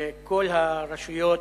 כל הרשויות,